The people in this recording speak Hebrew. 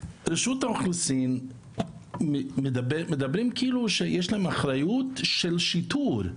רשות האוכלוסין מדברים כאילו יש להם אחריות של שיטור.